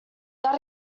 that